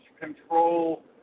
control